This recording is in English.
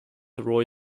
roy